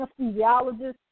anesthesiologist